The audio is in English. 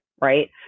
right